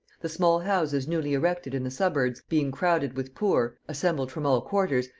the small houses newly erected in the suburbs being crowded with poor, assembled from all quarters,